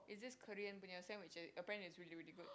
it's this Korean punya sandwich apparently it's really really good